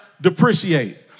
depreciate